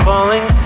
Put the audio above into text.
Falling